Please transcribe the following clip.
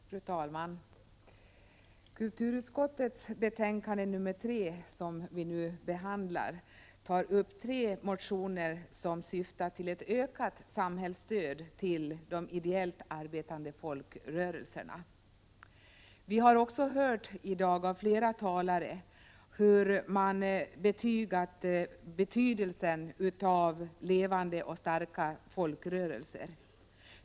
Fru talman! Kulturutskottets betänkande nr 3, som vi nu behandlar, tar upp tre motioner som syftar till ett ökat samhällsstöd till de ideellt arbetande folkrörelserna. Vi har också hört flera talare intyga betydelsen av levande och starka folkrörelser.